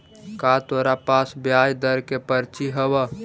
का तोरा पास ब्याज दर के पर्ची हवअ